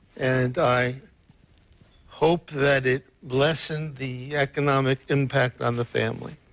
and i hope that it lessens the economic impact on the family.